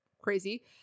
Crazy